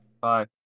Bye